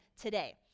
today